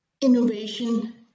innovation